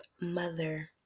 mother